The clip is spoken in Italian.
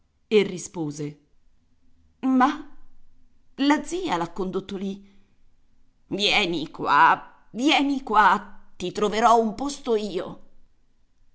e rispose ma la zia l'ha condotto lì vieni qua vieni qua ti troverò un posto io